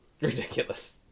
ridiculous